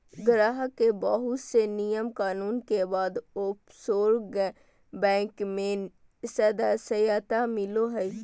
गाहक के बहुत से नियम कानून के बाद ओफशोर बैंक मे सदस्यता मिलो हय